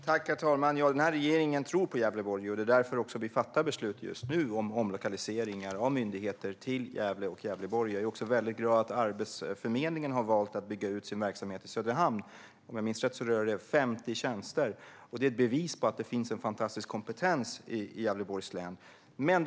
Herr talman! Den här regeringen tror på Gävleborg. Det är därför vi fattar beslut just nu om omlokaliseringar av myndigheter till Gävle och Gävleborg. Jag är också glad att Arbetsförmedlingen har valt att bygga ut sin verksamhet i Söderhamn. Om jag minns rätt rör det sig om 50 tjänster. Detta är ett bevis på att det finns fantastisk kompetens i Gävleborgs län.